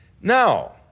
Now